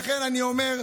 לכן אני אומר,